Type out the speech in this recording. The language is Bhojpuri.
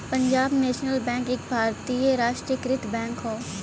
पंजाब नेशनल बैंक एक भारतीय राष्ट्रीयकृत बैंक हौ